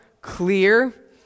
clear